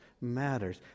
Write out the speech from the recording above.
matters